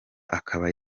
akaba